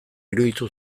iruditu